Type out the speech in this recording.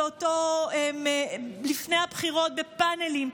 לפני הבחירות בפאנלים,